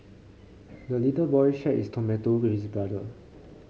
the little boy shared his tomato with brother